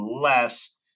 less